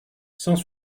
cent